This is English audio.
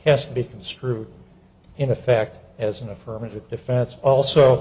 has to be construed in effect as an affirmative defense also